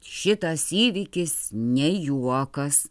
šitas įvykis ne juokas